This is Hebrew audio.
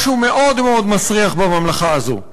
משהו מאוד מאוד מסריח בממלכה הזאת.